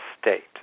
state